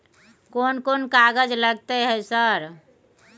कोन कौन कागज लगतै है सर?